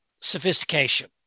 Sophistication